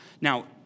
Now